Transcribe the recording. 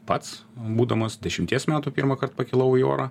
pats būdamas dešimties metų pirmąkart pakilau į orą